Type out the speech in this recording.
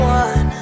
one